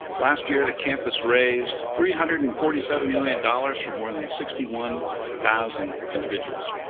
last year, the campus raised three hundred and forty seven million dollars from more than sixty one thousand individuals.